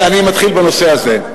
בסדר, אני מתחיל בנושא הזה.